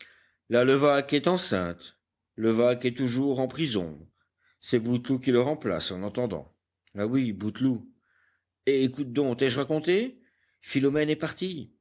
la levaque est enceinte levaque est toujours en prison c'est bouteloup qui le remplace en attendant ah oui bouteloup et écoute donc t'ai-je raconté philomène est partie